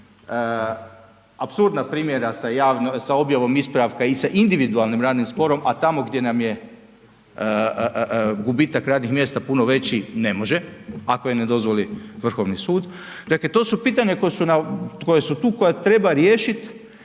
apsurdna primjera sa objavom ispravka i sa individualnim radnim sporom, a tamo gdje nam je gubitak radnih mjesta puno veći ne može, ako je ne dozvoli Vrhovni sud. Dakle, to su pitanja koja su tu, koja treba riješiti